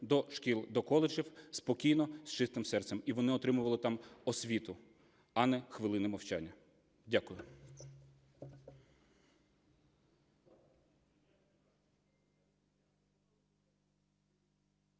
до коледжів спокійно з чистим серцем і вони отримували там освіту, а не хвилини мовчання. Дякую.